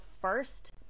first